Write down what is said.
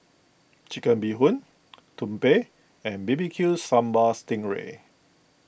Chicken Bee Hoon Tumpeng and B B Q Sambal Sting Ray